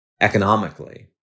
economically